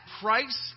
price